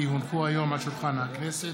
כי הונחו היום על שולחן הכנסת,